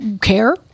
care